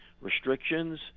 restrictions